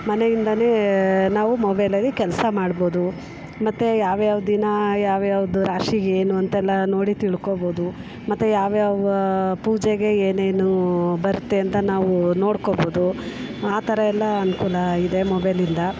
ಮನೆಯಿಂದಲೇ ನಾವು ಮೊಬೈಲಲ್ಲಿ ಕೆಲಸ ಮಾಡ್ಬೋದು ಮತ್ತು ಯಾವ್ಯಾವ ದಿನ ಯಾವ್ಯಾವುದು ರಾಶಿ ಏನು ಅಂತೆಲ್ಲಾ ನೋಡಿ ತಿಳ್ಕೊಬೋದು ಮತ್ತು ಯಾವ ಯಾವ ಪೂಜೆಗೆ ಏನೇನು ಬರುತ್ತೆ ಅಂತ ನಾವು ನೋಡ್ಕೊಬೋದು ಆ ಥರಯೆಲ್ಲ ಅನುಕೂಲ ಇದೆ ಮೊಬೈಲಿಂದ